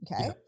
Okay